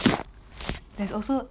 there's also